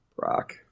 rock